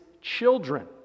children